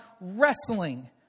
wrestling